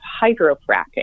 hydrofracking